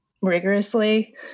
rigorously